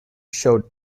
showed